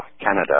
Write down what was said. Canada